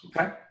Okay